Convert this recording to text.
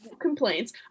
Complaints